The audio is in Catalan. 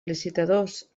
licitadors